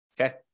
okay